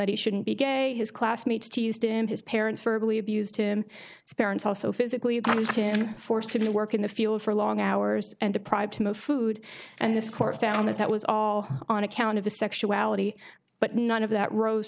that he shouldn't be gay his classmates teased him his parents virtually abused him it's parents also physically forced him to work in the field for long hours and deprived him of food and this court found that that was all on account of the sexuality but none of that rose